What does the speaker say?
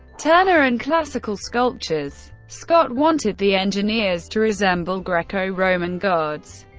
turner, and classical sculptures. scott wanted the engineers to resemble greco-roman gods,